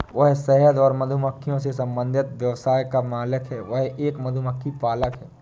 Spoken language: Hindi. वह शहद और मधुमक्खियों से संबंधित व्यवसाय का मालिक है, वह एक मधुमक्खी पालक है